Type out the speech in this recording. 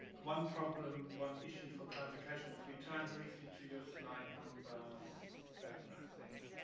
one problem one issue for clarification if we turn briefly to your slide number seven, i think